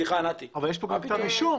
אבל יש פה גם כתב אישום.